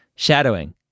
Shadowing